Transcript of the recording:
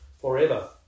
forever